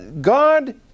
God